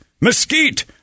mesquite